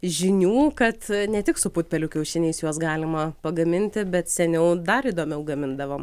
žinių kad ne tik su putpelių kiaušiniais juos galima pagaminti bet seniau dar įdomiau gamindavom